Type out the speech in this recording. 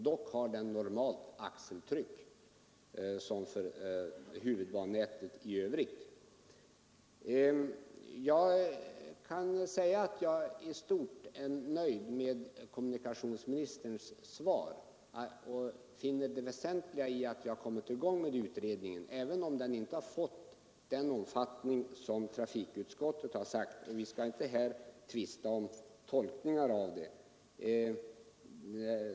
Dock har den normalt axeltryck, dvs. samma som huvudbanenätet i övrigt. Jag kan säga att jag i stort sett är nöjd med kommunikationsministerns svar och finner det vara väsentligt att utredningen har kommit i gång, även om den inte har fått den omfattning som trafikutskottet har förordat — vi skall inte här tvista om tolkningar.